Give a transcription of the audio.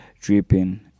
Dripping